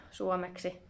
suomeksi